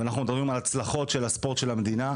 ואנחנו מדברים על הצלחות של הספורט של המדינה,